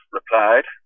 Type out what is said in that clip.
replied